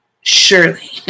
surely